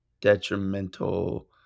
detrimental